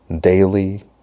daily